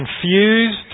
confused